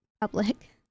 public